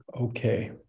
Okay